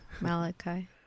Malachi